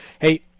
Hey